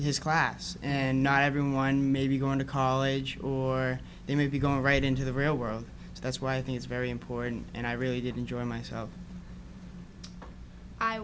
his class and not everyone maybe going to college or they maybe go right into the real world so that's why i think it's very important and i really did enjoy myself i